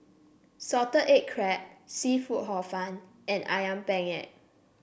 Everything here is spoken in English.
Salted Egg Crab seafood Hor Fun and ayam Penyet